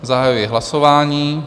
Zahajuji hlasování.